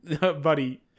Buddy